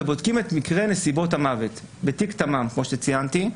ובודקים את מקרה נסיבות המוות כמו שציינתי,